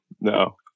No